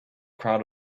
crowd